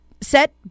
set